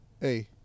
hey